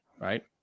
right